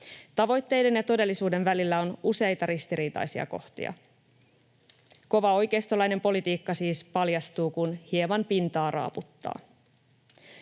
Tavoitteiden ja todellisuuden välillä on useita ristiriitaisia kohtia. Kova oikeistolainen politiikka siis paljastuu, kun hieman pintaa raaputtaa.